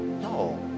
No